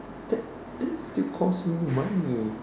that that still cost me money